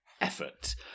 effort